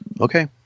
Okay